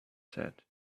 said